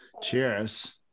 Cheers